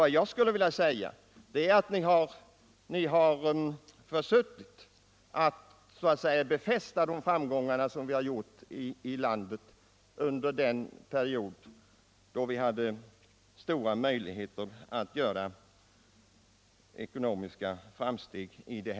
Däremot skulle jag vilja säga att socialdemokraterna har försuttit möjligheten att befästa de framsteg vi har gjort här i landet under den period då detta var ekonomiskt möjligt. Herr talman!